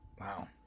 Wow